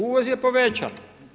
Uvoz je povećan.